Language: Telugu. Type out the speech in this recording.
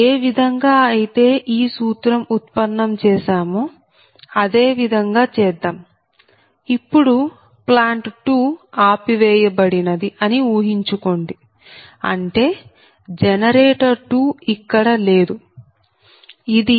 ఏ విధంగా అయితే ఈ సూత్రం ఉత్పన్నం చేశామో అదేవిధంగా చేద్దాం ఇప్పుడు ప్లాంట్ 2 ఆపివేయబడినది అని ఊహించుకోండి అంటే జనరేటర్ 2 ఇక్కడ లేదు ఇది పటం 14